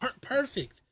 Perfect